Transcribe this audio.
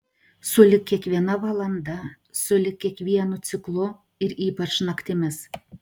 sulig kiekviena valanda sulig kiekvienu ciklu ir ypač naktimis